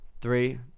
Three